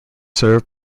served